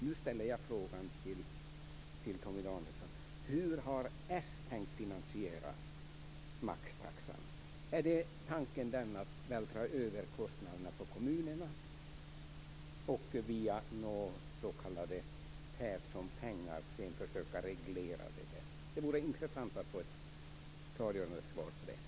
Nu ställer jag frågan till Torgny Danielsson: Hur har s tänkt finansiera maxtaxan? Är tanken att vältra över kostnaderna på kommunerna och via s.k. Perssonpengar sedan försöka reglera det? Det vore intressant att få ett klargörande svar på det.